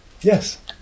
Yes